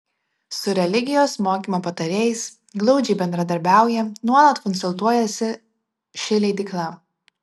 su religijos mokymo patarėjais glaudžiai bendradarbiauja nuolat konsultuojasi ši leidykla